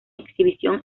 exhibición